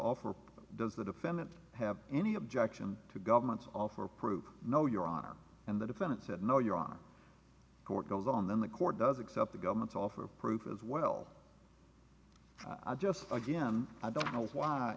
offer does the defendant have any objection to government or prove no your honor and the defendant said no your honor court goes on then the court does accept the government's offer proof of well i just again i don't know why